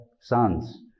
sons